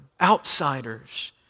Outsiders